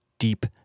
deep